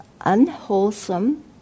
unwholesome